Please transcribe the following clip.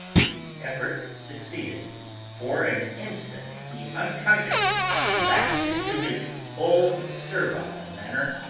the effort succeeded for an instant he unconsciously relapsed into his old servile manner,